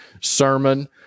sermon